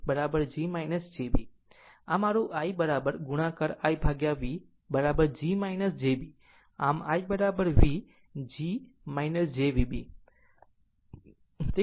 આમ મારું I ગુણાકાર I V g jb આમ I V g jVb